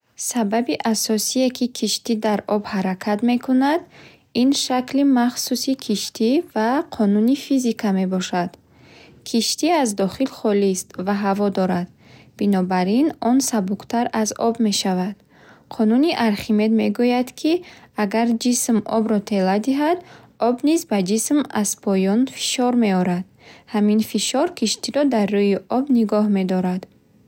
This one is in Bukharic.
Сабаби асосие ки кишти дар об ҳаракат мекунад, ин шакли махсуси киштӣ ва қонуни физика мебошад. Киштӣ аз дохил холист ва ҳаво дорад, бинобар ин он сабуктар аз об мешавад. Қонуни Архимед мегӯяд, ки агар ҷисм обро тела диҳад, об низ ба ҷисм аз поён фишор меорад. Ҳамин фишор киштиро дар рӯи об нигоҳ медорад.